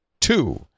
Two